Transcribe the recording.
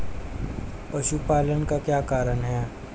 पशुपालन का क्या कारण है?